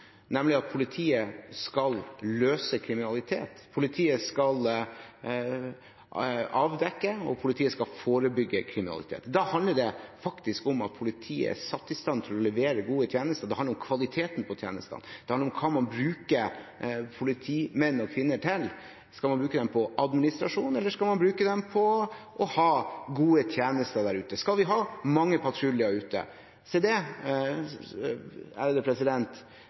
nemlig at politiet skal løse kriminalitet, politiet skal avdekke og forebygge kriminalitet. Da handler det faktisk om at politiet er satt i stand til å levere gode tjenester, og det handler om kvaliteten på tjenestene. Det handler om hva man bruker politimenn og -kvinner til: Skal man bruke dem på administrasjon, eller skal man bruke dem på å ha gode tjenester der ute? Skal vi ha mange patruljer ute?